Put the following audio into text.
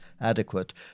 adequate